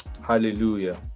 Hallelujah